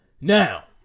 Now